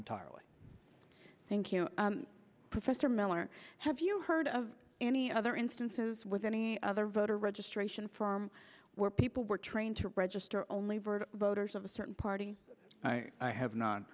entirely thank you professor miller have you heard of any other instances with any other voter registration form where people were trained to register only bird voters of a certain party i have not